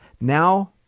Now